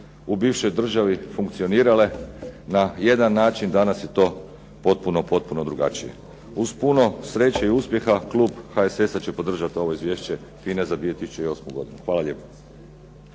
u bivšoj državi funkcionirale na jedan način. Danas je to potpuno, potpuno drugačije. Uz puno sreće i uspjeha klub HSS-a će podržati ovo Izvješće FINA-e za 2008. godinu. Hvala lijepa.